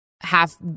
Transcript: half